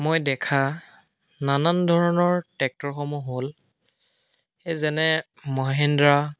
মই দেখা নানান ধৰণৰ ট্ৰেক্টৰসমূহ হ'ল এই যেনে মহেন্দ্ৰা